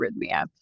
arrhythmia